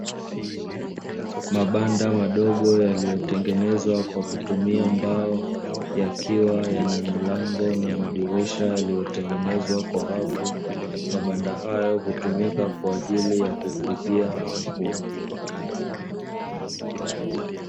Mabanda madogo yaliyotengenezwa kwa kutumia mbao yakiwa yana milango na madirisha yaliyo tengenezwa kwa wavu. Mabanda hayo hutumika kwajili ya kufugia mbwa.